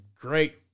great